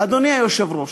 אדוני היושב-ראש,